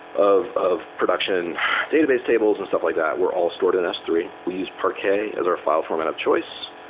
of of production database tables and stuff like that were all stored in s three. we used parquet as our file format of choice.